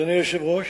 אדוני היושב-ראש,